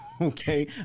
okay